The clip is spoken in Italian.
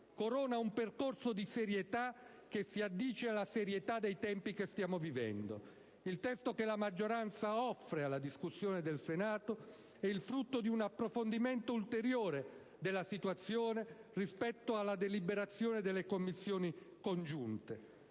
Corona un percorso di serietà che si addice alla serietà dei tempi che stiamo vivendo. Il testo che la maggioranza offre alla discussione del Senato è il frutto di un approfondimento ulteriore della situazione rispetto alla deliberazione delle Commissioni congiunte.